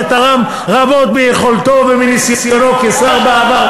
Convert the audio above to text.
שתרם רבות מיכולתו ומניסיונו כשר בעבר.